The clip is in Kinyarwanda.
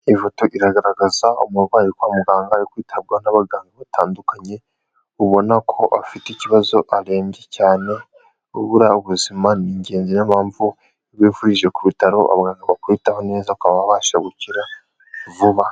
Iyi foto iragaragaza umurwayi uri kwa muganga uri kwitabwaho n'abaganga batandukanye, ubona ko afite ikibazo arembye cyane, kuko buriya ubuzima ni ingenzi niyo mpamvu iyo wivurije ku bitaro abantu bakwitaho neza ukaba wabasha gukira vuba.